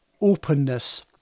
openness